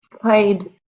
Played